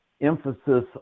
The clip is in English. emphasis